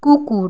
কুকুর